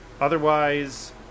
otherwise